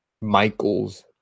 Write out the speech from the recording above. Michael's